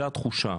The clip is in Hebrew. זו התחושה.